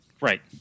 Right